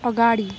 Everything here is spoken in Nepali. अगाडि